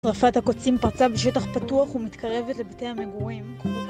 שרפת הקוצים פרצה בשטח פתוח ומתקרבת לבתי המגורים